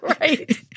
right